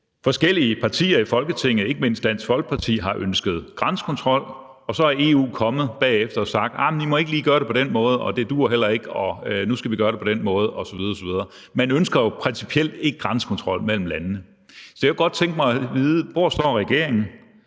forskellige partier i Folketinget, ikke mindst Dansk Folkeparti, har ønsket grænsekontrol, hvor EU så bagefter er kommet og har sagt: I må ikke lige gøre det på den måde. Det duer heller ikke. Nu skal I gøre den på den måde osv. osv. Man ønsker jo principielt ikke grænsekontrol mellem landene. Så jeg kunne godt tænke mig at vide, hvor regeringen